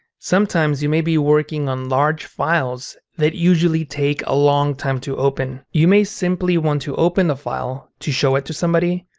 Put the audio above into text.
sometimes you may be working on large files that usually take a long time to open. you may simply want to open the file to show it to somebody,